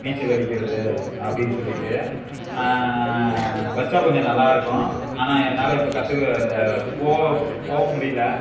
நீச்சல் அடிக்கிறது அப்படின்னு சொல்லிட்டு வைச்சா கொஞ்சம் நல்லாயிருக்கும் ஆனால் என்னால் இப்போ கற்றுக்க இந்த போ போக முடியல